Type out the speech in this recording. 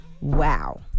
Wow